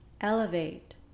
elevate